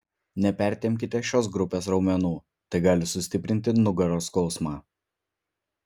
nepertempkite šios grupės raumenų tai gali sustiprinti nugaros skausmą